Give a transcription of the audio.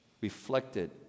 reflected